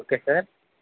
okay sir